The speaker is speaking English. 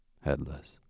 headless